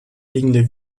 liegende